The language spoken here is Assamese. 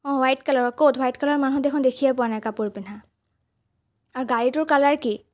অ হোৱাইট কালাৰৰ ক'ত হোৱাইট কালাৰৰ মানুহ দেখোন দেখিয়ে পোৱা নাই কাপোৰ পিন্ধা আৰু গাড়ীটোৰ কালাৰ কি